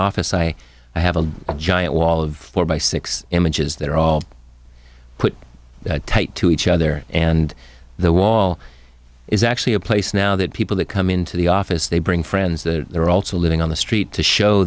office i have a giant wall of four by six images that are all put tight to each other and the wall is actually a place now that people that come into the office they bring friends that are also living on the street to show